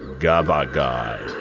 gavagai.